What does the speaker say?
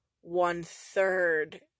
one-third